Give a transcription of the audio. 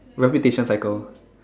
reputation cycle